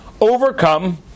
overcome